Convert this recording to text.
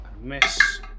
Miss